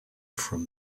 from